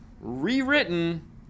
rewritten